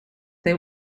they